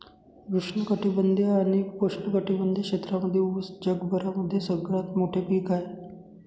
उष्ण कटिबंधीय आणि उपोष्ण कटिबंधीय क्षेत्रांमध्ये उस जगभरामध्ये सगळ्यात मोठे पीक आहे